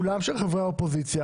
כולן של חברי האופוזיציה.